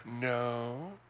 No